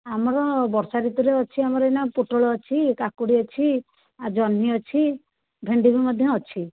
ଆମର ବର୍ଷାଋତୁରେ ଅଛି ଆମର ଏଇନା ପୋଟଳ ଅଛି କାକୁଡି଼ ଅଛି ଆଉ ଜହ୍ନି ଅଛି ଭେଣ୍ଡି ବି ମଧ୍ୟ ଅଛି